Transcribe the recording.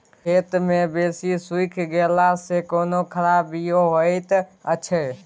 खेत मे बेसी सुइख गेला सॅ कोनो खराबीयो होयत अछि?